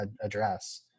address